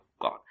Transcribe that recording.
God